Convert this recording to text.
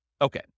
Okay